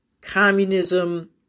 communism